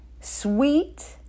sweet